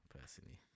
personally